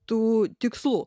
tų tikslų